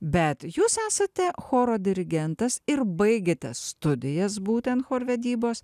bet jūs esate choro dirigentas ir baigėte studijas būtent chorvedybos